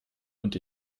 und